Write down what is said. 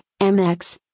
MX